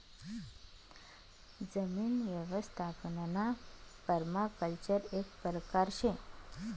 जमीन यवस्थापनना पर्माकल्चर एक परकार शे